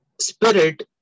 spirit